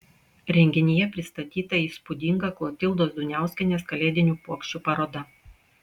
renginyje pristatyta įspūdinga klotildos duniauskienės kalėdinių puokščių paroda